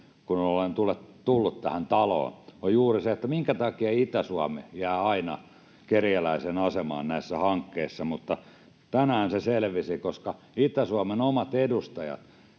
kuin olen tullut tähän taloon. Se on juuri se, minkä takia Itä-Suomi jää aina kerjäläisen asemaan näissä hankkeissa. Mutta tänään se selvisi: koska Itä-Suomen omat edustajat